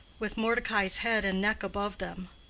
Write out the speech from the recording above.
with mordecai's head and neck above them.